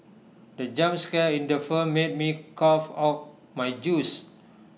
the jump scare in the firm made me cough out my juice